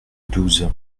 douze